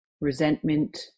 resentment